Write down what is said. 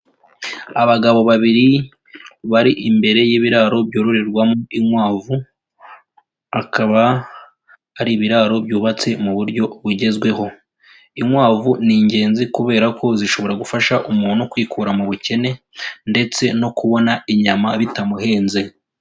Abagabo babiri bari imbere y'ibiraro byororerwamo inkwavu, akaba ari ibiraro byubatse mu buryo bugezweho. Inkwavu ni ingenzi kubera ko zishobora gufasha umuntu kwikura mu bukene ndetse no kubona inyama bitamuhenze.